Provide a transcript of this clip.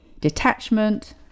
detachment